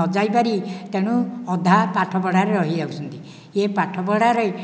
ନଯାଇ ପରି ତେଣୁ ଅଧା ପାଠ ପଢ଼ାରେ ରହି ଯାଉଛନ୍ତି ଏ ପାଠ ପଢ଼ାରେ